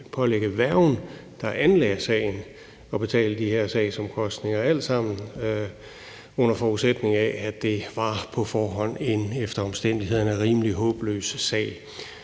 pålægge værgen, der anlagde sagen, at betale de her sagsomkostninger, alt sammen under forudsætning af, at det på forhånd var en efter omstændighederne rimelig håbløs sag.